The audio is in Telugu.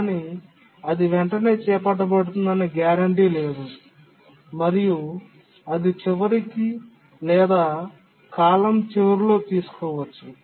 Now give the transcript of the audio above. కానీ అది వెంటనే చేపట్టబడుతుందనే గ్యారెంటీ లేదు మరియు అది చివరికి లేదా కాలం చివరిలో తీసుకోవచ్చు